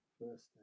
First